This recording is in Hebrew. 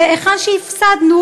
היכן שהפסדנו,